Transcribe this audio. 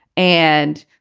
and,